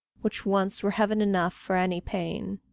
which once were heaven enough for any pain.